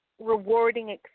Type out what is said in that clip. rewarding